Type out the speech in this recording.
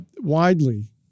widely